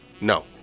No